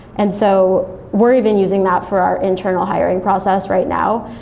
and so we're even using that for our internal hiring process right now.